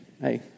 hey